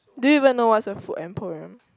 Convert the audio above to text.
do you even know what is a food emporium